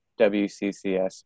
WCCS